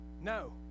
No